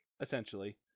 Essentially